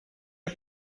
wir